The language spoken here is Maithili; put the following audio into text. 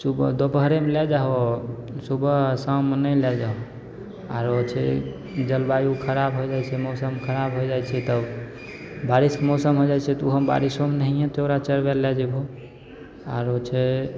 सुबह दुपहरेमे लऽ जाहो सुबह आओर शाममे नहि लै जाहो आओर छै जलवायु खराब हो जाइ छै मौसम खराब हो जाइ छै तब बारिशके मौसम हो जाइ छै तऽ ओहो बारिशोमे नहिए तोरा चरबैले लै जेबहो आओर छै